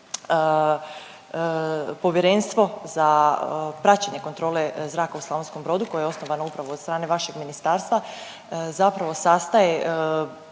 Povjerenstvo za praćenje kontrole zraka u Slavonskom Brodu koje je osnovano upravo od strane vašeg ministarstva, zapravo sastaje